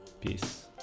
peace